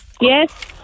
Yes